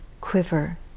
quiver